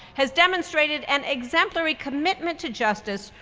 has demonstrated an exemplary commitment to justice,